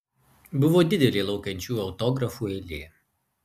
buvo didelė laukiančiųjų autografų eilė